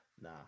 nah